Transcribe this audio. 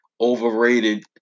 overrated